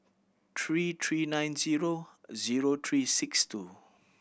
three three nine zero zero three six two